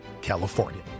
California